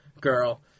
girl